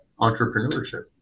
entrepreneurship